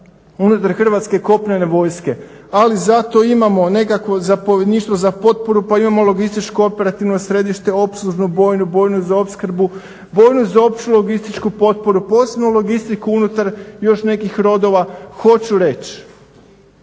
unutar Hrvatske kopnene vojske. Ali zato imamo nekakvo Zapovjedništvo za potporu pa imamo logističko operativno središte, opslužnu bojnu, bojnu za opskrbu, bojnu za opću logističku potporu, posebnu logistiku unutar još nekih rodova. Hoću reći